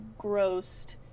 grossed